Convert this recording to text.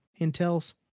Intel's